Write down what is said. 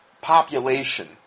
population